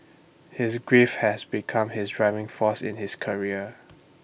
his grief had become his driving force in his career